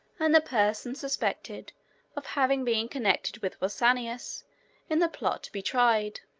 and the persons suspected of having been connected with pausanias in the plot to be tried.